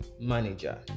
manager